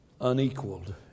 Unequaled